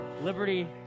Liberty